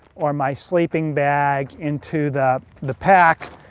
or my sleeping bag, into the the pack.